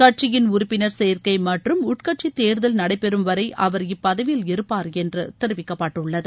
கட்சியின் உறுப்பினர் சேர்க்கை மற்றும் உட்கட்சித் தேர்தல் நடைபெறும்வரை அவர் இப்பதவியில் இருப்பார் என்று தெரிவிக்கப்பட்டுள்ளது